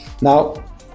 Now